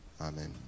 Amen